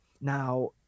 Now